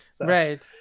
Right